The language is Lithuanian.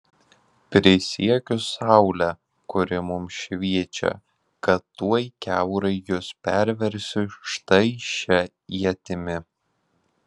prisiekiu saule kuri mums šviečia kad tuoj kiaurai jus perversiu štai šia ietimi